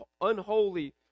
unholy